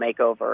makeover